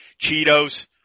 Cheetos